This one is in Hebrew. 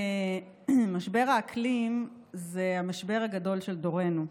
משבר האקלים זה המשבר הגדול של דורנו,